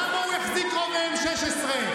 למה הוא החזיק רובה M16?